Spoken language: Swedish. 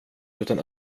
utan